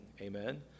Amen